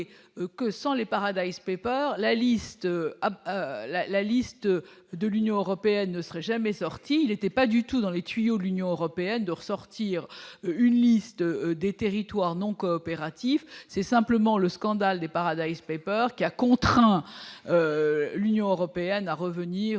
que, sans les Paradise Papers la liste la la liste de l'Union européenne ne serait jamais sorti il était pas du tout dans les tuyaux, l'Union européenne de ressortir une liste des territoires non-coopératifs, c'est simplement le scandale des Paradise Papers, qui a contraint l'Union européenne à revenir